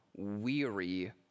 Weary